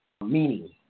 meaning